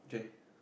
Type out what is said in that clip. okay